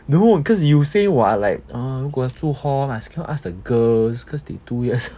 no because you say what like err 如果要住 hall must cannot ask the girls cause they two years